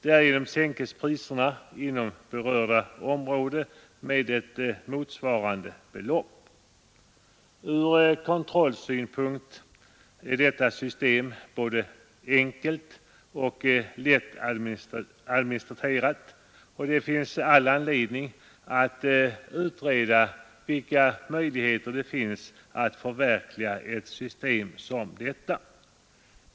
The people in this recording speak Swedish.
Därigenom sänks priserna inom berörda område med motsvarande belopp. Ur kontrollsynpunkt är detta system både enkelt och lättadministrerat, och det finns all anledning att utreda vilka möjligheter det finns att förverkliga ett sådant system.